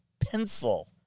pencil